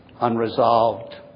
unresolved